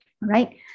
right